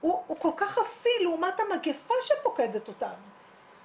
היא כל כך אפסית לעומת המגפה שפוקדת אותנו.